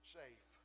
safe